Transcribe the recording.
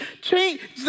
change